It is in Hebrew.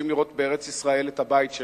שרוצים לראות בארץ-ישראל את הבית שלהם.